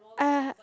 uh